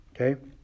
Okay